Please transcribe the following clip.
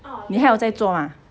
你还有在做吗